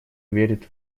верит